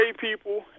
people